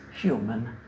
human